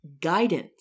guidance